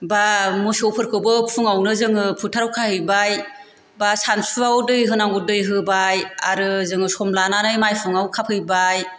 बा मोसौफोरखौबो फुङावनो जोङो फोथाराव खाहैबाय बा सानसुआव दै होनांगौ दै होबाय आरो जोङो सम लानानै माइहुङाव खाफैबाय